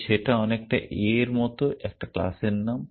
তাই সেটা অনেকটা a এর মত একটা ক্লাসের নাম